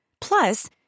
Plus